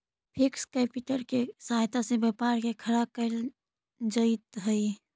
fixed capital के सहायता से व्यापार के खड़ा कईल जइत हई